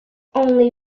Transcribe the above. only